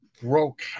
broke